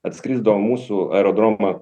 atskrisdavo į mūsų aerodromą